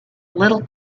little